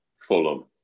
Fulham